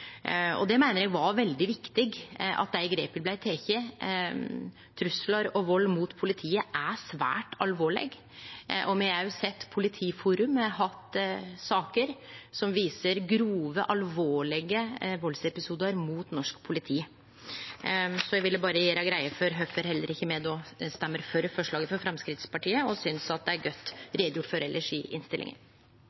meiner det var veldig viktig at dei grepa blei tekne. Truslar og vald mot politiet er svært alvorleg, og me har også sett i Politiforum at me har hatt saker som viser grove, alvorlege valdsepisodar mot norsk politi. Eg ville berre gjere greie for kvifor heller ikkje me røystar for forslaget frå Framstegspartiet, og synest det er